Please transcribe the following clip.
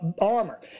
armor